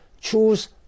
choose